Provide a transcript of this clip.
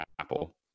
Apple